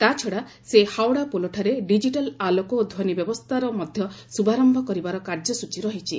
ତାଛଡ଼ା ସେ ହାଓଡ଼ା ପୋଲଠାରେ ଡିଜିଟାଲ୍ ଆଲୋକ ଓ ଧ୍ୱନି ବ୍ୟବସ୍ଥାର ମଧ୍ୟ ଶୁଭାରମ୍ଭ କରିବାର କାର୍ଯ୍ୟସ୍ଚୀ ରହିଛି